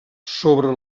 sobre